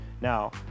Now